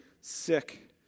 sick